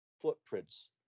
footprints